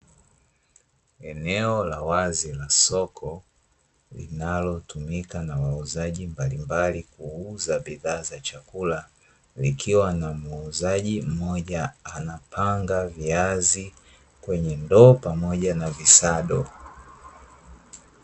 Eneo la wazi la soko linalotumika na wauzaji mbalimbali, linalotumika kuuza bidhaa za chakula, likiwa na muuzaji mmoja anapanga viazi kwenye ndoo pamoja na visado.